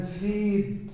feed